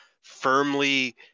firmly